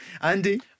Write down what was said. Andy